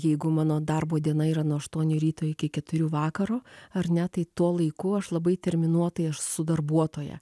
jeigu mano darbo diena yra nuo aštuonių ryto iki keturių vakaro ar ne tai tuo laiku aš labai terminuotai aš esu darbuotoja